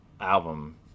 album